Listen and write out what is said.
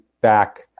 back